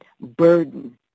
burden